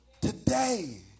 today